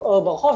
או ברחוב,